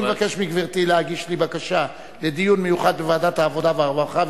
אני מבקש מגברתי להגיש לי בקשה לדיון מיוחד בוועדת העבודה והרווחה,